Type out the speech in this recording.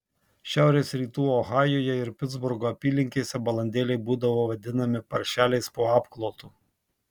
šiaurės rytų ohajuje ir pitsburgo apylinkėse balandėliai būdavo vadinami paršeliais po apklotu